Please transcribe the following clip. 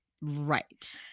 Right